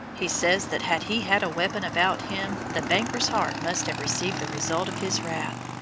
he says that had he had a weapon about him the banker's heart must have received the result of his wrath.